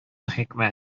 хикмәт